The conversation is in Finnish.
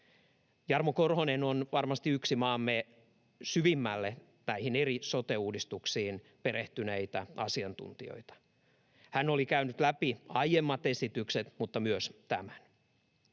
Jarmo Korhonen on varmasti yksi maamme syvimmälle näihin eri sote-uudistuksiin perehtyneistä asiantuntijoista. Hän oli käynyt läpi aiemmat esitykset mutta myös tämän.